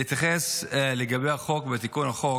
אני אתייחס לגבי החוק ותיקון החוק.